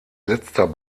letzter